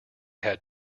had